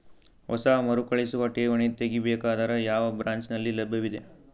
ಹೊಸ ಮರುಕಳಿಸುವ ಠೇವಣಿ ತೇಗಿ ಬೇಕಾದರ ಯಾವ ಬ್ರಾಂಚ್ ನಲ್ಲಿ ಲಭ್ಯವಿದೆ?